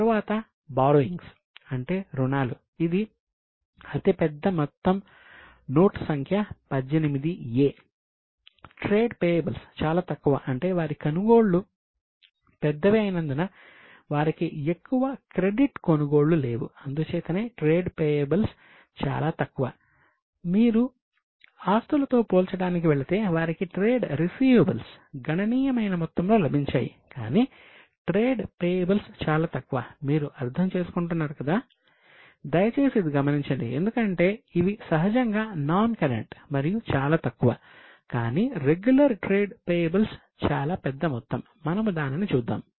తరువాత బారోయింగ్స్ చాలా పెద్ద మొత్తం మనము దానిని చూద్దాము